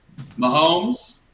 Mahomes